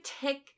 tick